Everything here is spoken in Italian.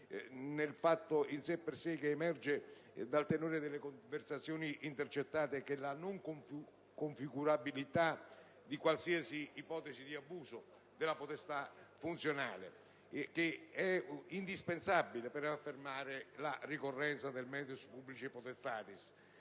nel fatto in sé e per sé che emerge dal tenore delle conversazioni intercettate, e che è la non configurabilità di qualsiasi ipotesi di abuso della potestà funzionale, indispensabile per affermare la ricorrenza del *metus publicae potestatis*.